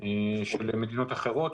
של מדינות אחרות,